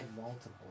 multiple